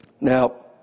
Now